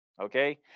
Okay